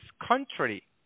contrary